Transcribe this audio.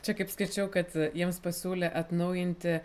čia kaip skaičiau kad jiems pasiūlė atnaujinti